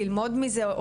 ללמוד מזה,